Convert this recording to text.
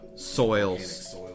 Soils